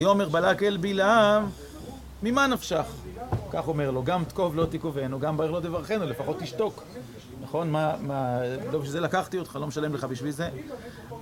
ויאמר בלק אל בלעם, ממה נפשך, כך אומר לו, גם קב לא תקבנו, גם ברך לא תברכנו, לפחות תשתוק, נכון, מה, לא בשביל זה לקחתי אותך, לא משלם לך בשביל זה.